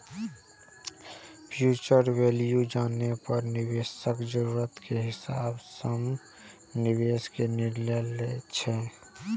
future value जानै पर निवेशक जरूरत के हिसाब सं निवेश के निर्णय लै छै